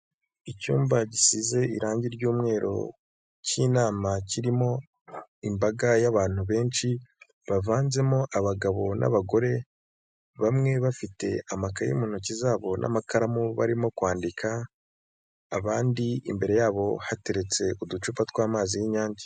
Icyumba gisize irangi ry'umweru cy'inama kirimo imbaga y'abantu benshi bavanzemo abagabo n'abagore, bamwe bafite amakayi mu ntoki zabo n'amakaramu barimo kwandika, abandi imbere yabo hateretse uducupa tw'amazi y'inyange.